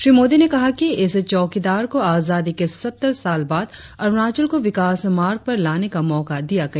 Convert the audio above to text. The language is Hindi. श्री मोदी ने कहा कि इस चौकिदार को आजादी के सत्तर साल बाद अरुणाचल को विकास मार्ग पर लाने का मौका दिया गया